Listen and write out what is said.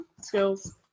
skills